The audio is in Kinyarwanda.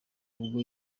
ubwo